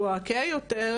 שהוא הכהה יותר,